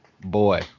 boy